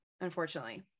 unfortunately